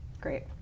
Great